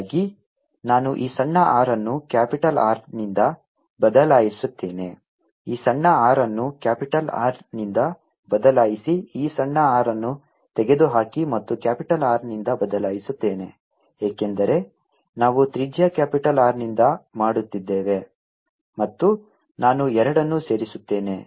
ಹಾಗಾಗಿ ನಾನು ಈ ಸಣ್ಣ r ಅನ್ನು ಕ್ಯಾಪಿಟಲ್ R ನಿಂದ ಬದಲಾಯಿಸುತ್ತೇನೆ ಈ ಸಣ್ಣ r ಅನ್ನು ಕ್ಯಾಪಿಟಲ್ R ನಿಂದ ಬದಲಾಯಿಸಿ ಈ ಸಣ್ಣ r ಅನ್ನು ತೆಗೆದುಹಾಕಿ ಮತ್ತು ಕ್ಯಾಪಿಟಲ್ R ನಿಂದ ಬದಲಾಯಿಸುತ್ತೇನೆ ಏಕೆಂದರೆ ನಾವು ತ್ರಿಜ್ಯ ಕ್ಯಾಪಿಟಲ್ R ನಿಂದ ಮಾಡುತ್ತಿದ್ದೇವೆ ಮತ್ತು ನಾನು ಎರಡನ್ನು ಸೇರಿಸುತ್ತೇನೆ